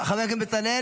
חבר הכנסת בצלאל?